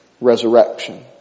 resurrection